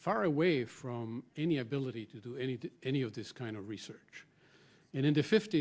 far away from any ability to do anything any of this kind of research and in the fift